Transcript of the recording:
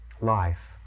life